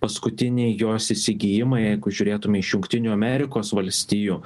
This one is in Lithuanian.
paskutinį jos įsigijimą jeigu žiūrėtume iš jungtinių amerikos valstijų